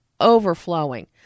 overflowing